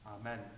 Amen